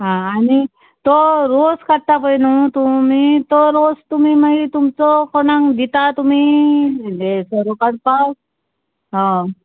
आं आनी तो रोस काडटा पळय न्हय तुमी तो रोस तुमी मागी तुमचो कोणांग दिता तुमी यें सोरो काडपाक आं